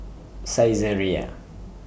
Saizeriya